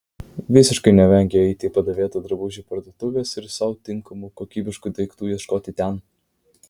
visiškai nevengiu eiti į padėvėtų drabužių parduotuves ir sau tinkamų kokybiškų daiktų ieškoti ten